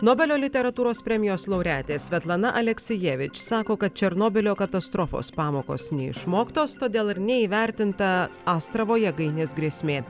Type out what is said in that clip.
nobelio literatūros premijos laureatė svetlana aleksijevič sako kad černobylio katastrofos pamokos neišmoktos todėl ir neįvertinta astravo jėgainės grėsmė